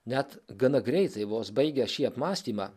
net gana greitai vos baigęs šį apmąstymą